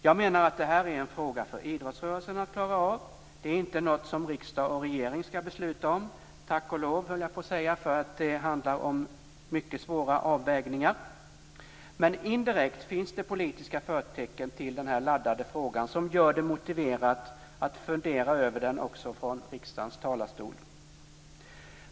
Jag menar att det här är en fråga för idrottsrörelsen att klara av. Det är inte något som riksdag och regering skall besluta om. Tack och lov, höll jag på att säga, för det handlar om mycket svåra avvägningar. Men indirekt finns det politiska förtecken till den här laddade frågan som gör det motiverat att fundera över den också från riksdagens talarstol.